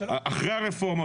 אחרי הרפורמה,